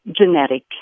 genetic